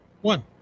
One